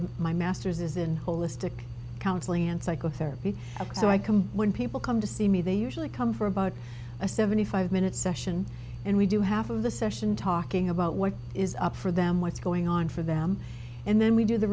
a my master's is in holistic counselling and psychotherapy and so i combine when people come to see me they usually come for about a seventy five minute session and we do half of the session talking about what is up for them what's going on for them and then we do the